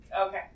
Okay